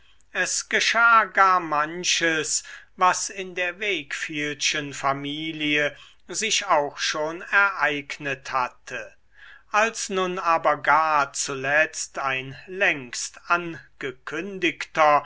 es geschah gar manches was in der wakefieldschen familie sich auch schon ereignet hatte als nun aber gar zuletzt ein längst angekündigter